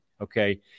okay